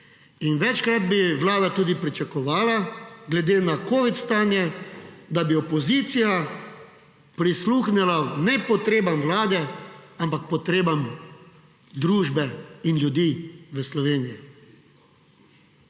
večkrat bi Vlada tudi pričakovala glede na covid stanje, da bi opozicija prisluhnila ne potrebam Vlade, ampak potrebam družbe in ljudi v Sloveniji.